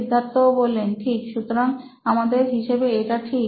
সিদ্ধার্থ ঠিক সুতরাং আমাদের হিসেবে এটা ঠিক